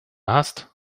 hast